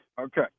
Okay